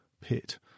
pit